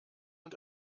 und